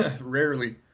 Rarely